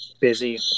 busy